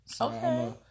Okay